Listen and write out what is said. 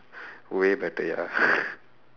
way better ya